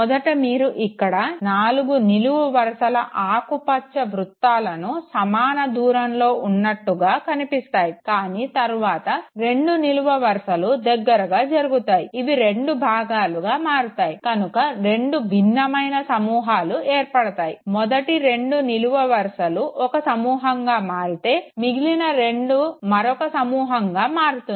మొదట మీరు ఇక్కడ నాలుగు నిలువు వరుసల ఆకుపచ్చ వృత్తాలు సమానదూరంలో ఉన్నట్టు కనిపిస్తాయి కానీ తరువాత రెండు నిలువు వరుసలు దగ్గరగా జరుగుతాయి ఇవి రెండు భాగాలుగా మారుతాయి కనుక రెండు భినమైన సమూహాలు ఏర్పడుతాయి మొదటి రెండు నిలు వరుసలు ఒక సమూహంగా మారితే మిగిలిన రెండు మరొక సమూహంగా ఏర్పడుతుంది